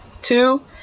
Two